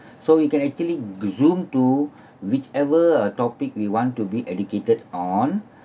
so we can actually groom to whichever topic we want to be educated on